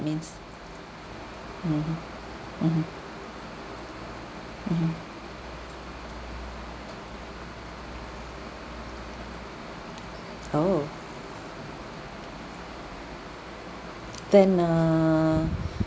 means mmhmm mmhmm mmhmm oh then err